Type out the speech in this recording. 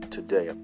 Today